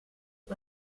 und